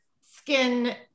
skin